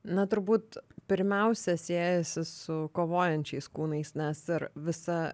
na turbūt pirmiausia siejasi su kovojančiais kūnais nes ir visa